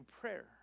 prayer